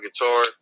guitar